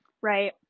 right